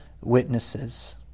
witnesses